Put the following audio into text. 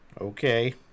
Okay